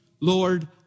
Lord